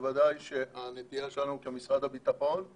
בוודאי שהנטייה שלנו כמשרד הביטחון היא